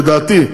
לדעתי,